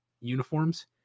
uniforms